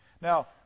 Now